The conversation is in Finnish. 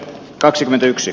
kaksikymmentäyksi